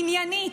עניינית.